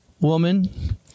Woman